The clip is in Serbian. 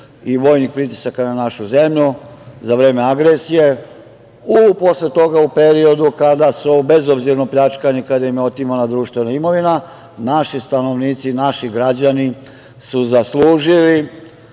i vojnih pritisaka na našu zemlju, za vreme agresije, posle toga u periodu kada su bezobzirno pljačkani, kada im je otimana društvena imovina, naši stanovnici, naši građani zaslužili